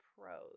pros